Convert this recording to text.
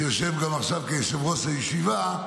שיושב גם עכשיו כיושב-ראש הישיבה,